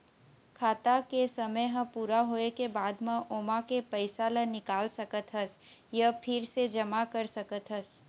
खाता के समे ह पूरा होए के बाद म ओमा के पइसा ल निकाल सकत हस य फिर से जमा कर सकत हस